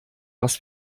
was